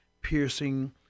piercing